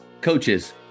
Coaches